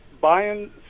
Buying